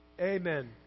Amen